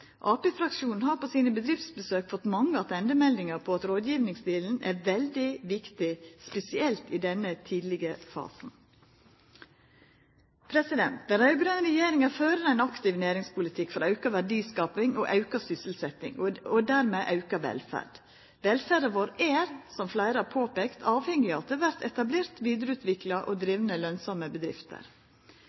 Arbeidarpartifraksjonen har på sine bedriftsbesøk fått mange attendemeldingar på at rådgjevingsdelen er veldig viktig, spesielt i den tidlege fasen. Den raud-grøne regjeringa fører ein aktiv næringspolitikk for auka verdiskaping og auka sysselsetjing, og dermed auka velferd. Velferda vår er, som fleire har påpeika, avhengig av at det vert etablert, vidareutvikla og drive lønnsamme bedrifter.